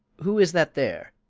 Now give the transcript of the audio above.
who is that there?